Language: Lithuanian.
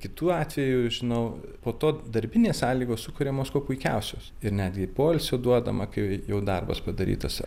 kitų atvejų žinau po to darbinės sąlygos sukuriamos kuo puikiausios ir netgi poilsio duodama kai jau darbas padarytas